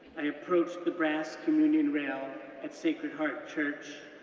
i approached the brass communion rail at sacred heart church,